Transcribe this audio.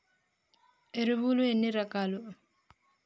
ఎరువులు ఎన్ని రకాలు?